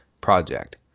project